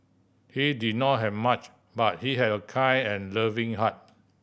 he did not have much but he have a kind and loving heart